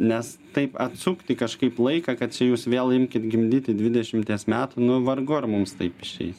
nes taip atsukti kažkaip laiką kad čia jūs vėl imkit gimdyti dvidešimties metų nu vargu ar mums taip išeis